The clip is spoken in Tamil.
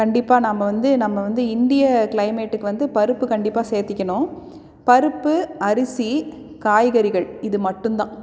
கண்டிப்பாக நம்ம வந்து நம்ம வந்து இந்திய க்ளைமேட்டுக்கு வந்து பருப்பு கண்டிப்பாக சேர்த்திக்கணும் பருப்பு அரிசி காய்கறிகள் இது மட்டும்தான்